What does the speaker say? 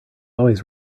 always